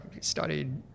studied